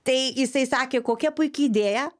tai jisai sakė kokia puiki idėja